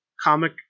Comic